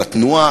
על התנועה,